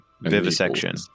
Vivisection